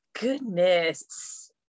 Goodness